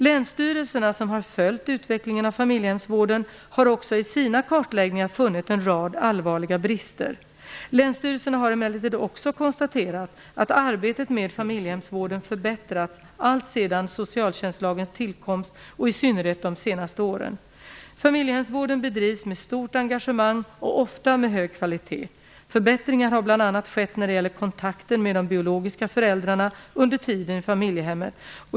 Länsstyrelserna, som har följt utvecklingen av familjehemsvården, har också i sina kartläggningar funnit en rad allvarliga brister. Länsstyrelserna har emellertid också konstaterat att arbetet med familjehemsvården förbättrats alltsedan socialtjänstlagens tillkomst och i synnerhet de senaste åren. Familjehemsvården bedrivs med stort engagemang och ofta med hög kvalitet. Förbättringar har bl.a. skett när det gäller kontakten med de biologiska föräldrarna under tiden i familjehemmet.